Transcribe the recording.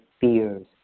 fears